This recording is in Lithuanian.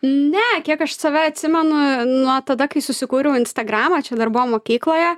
ne kiek aš save atsimenu nuo tada kai susikūriau instagramą čia dar buvo mokykloje